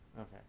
okay